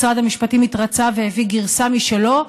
משרד המשפטים התרצה והביא גרסה משלו,